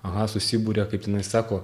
aha susiburia kaip tenai sako